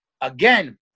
Again